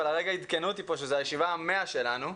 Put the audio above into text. אבל הרגע עדכנו אותי שזו הישיבה ה-100 שלנו.